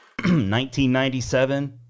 1997